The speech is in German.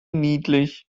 niedlich